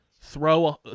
throw